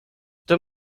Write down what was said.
tym